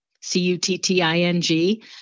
C-U-T-T-I-N-G